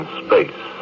space